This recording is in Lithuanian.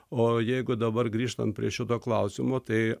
o jeigu dabar grįžtant prie šito klausimo tai